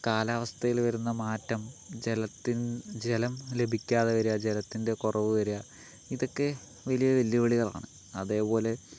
കാലാവസ്ഥയില് വരുന്ന മാറ്റം ജലത്തിൻ ജലം ലഭിക്കാതെ വരുക ജലത്തിൻ്റെ കുറവ് വരുക ഇതൊക്കെ വലിയ വെല്ലുവിളികളാണ് അതേപോലെ